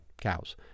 cows